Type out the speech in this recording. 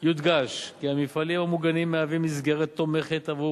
יודגש כי המפעלים המוגנים מהווים מסגרת תומכת עבור